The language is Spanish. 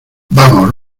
vamos